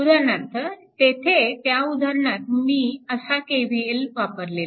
उदाहरणार्थ तेथे त्या उदाहरणात मी असा KVL वापरलेला आहे